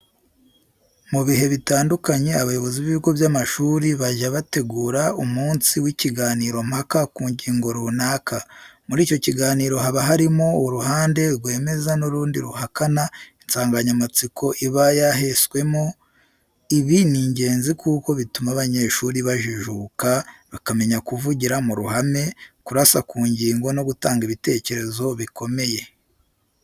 Mu bihe bitandukanye abayobozi b'ibigo by'amashuri bajya bategura umunsi w'ikiganiro mpaka ku ngingo runaka. Muri icyo kiganiro haba harimo uruhande rwemeza n'urundi ruhakana insanganyamatsiko iba yaheswemo. Ibi ni ingenzi kuko bituma abanyeshuri bajijuka, bakamenya kuvugira mu ruhame, kurasa ku ngingo no gutanga ibitekerezi bikomeye.